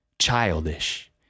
Childish